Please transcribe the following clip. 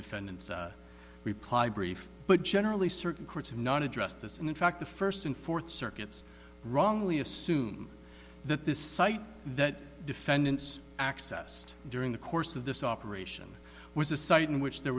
defendant reply brief but generally certain courts have not addressed this and in fact the first and fourth circuits wrongly assume that this site that defendants accessed during the course of this operation was a site in which there